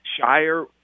Shire